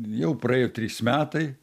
jau praėjo trys metai